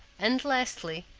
and lastly,